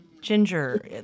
Ginger